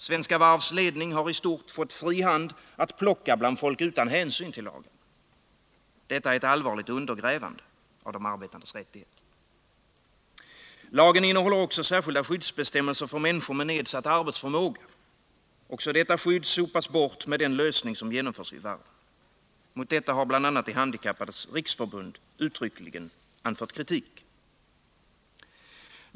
Svenska Varvs ledning har i stort fått fri hand att plocka bland folk, utan hänsyn till lagarna. Detta är ett allvarligt undergrävande av de arbetandes rättigheter. Lagen innehåller också särskilda skyddsbestämmelser för människor med nedsatt arbetsförmåga. Också detta skydd sopas bort med den lösning som genomförs vid varven. Mot detta har bl.a. De handikappades riksförbund uttryckligen anfört kritik.